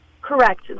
Correct